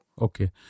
Okay